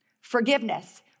Forgiveness